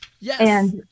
Yes